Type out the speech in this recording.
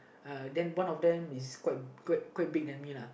uh then one of them is quite quite quite big than me lah